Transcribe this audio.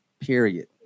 period